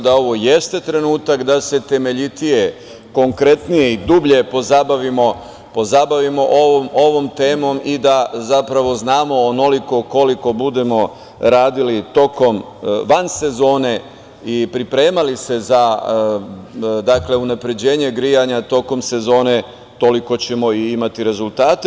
Dakle, ovo jeste trenutak da se temeljitije, konkretnije i dublje pozabavimo ovom temom i da znamo da onoliko koliko budemo radili van sezone i pripremali se za unapređenje grejanja tokom sezone, toliko ćemo imati rezultate.